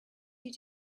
you